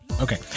Okay